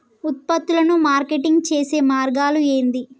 ఉత్పత్తులను మార్కెటింగ్ చేసే మార్గాలు ఏంది?